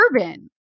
Urban